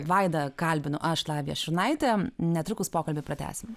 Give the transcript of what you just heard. vaida kalbinu aš lavija šurnaitė netrukus pokalbį pratęsim